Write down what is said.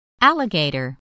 Alligator